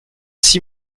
six